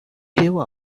gave